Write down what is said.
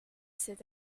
cet